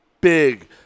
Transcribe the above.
big